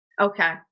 Okay